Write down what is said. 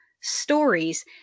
stories